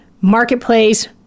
marketplace